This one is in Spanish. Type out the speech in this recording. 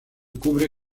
cubre